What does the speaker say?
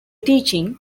teaching